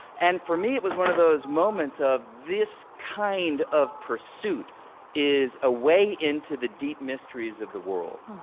and for me, it was one of those moments of this kind of pursuit is a way into the deep mysteries of the world